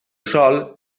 sòl